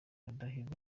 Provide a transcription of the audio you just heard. rudahigwa